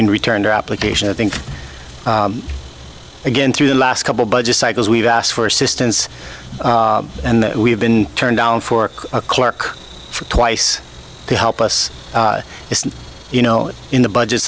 can return the application i think again through the last couple budget cycles we've asked for assistance and we've been turned down for a clerk twice to help us you know in the budget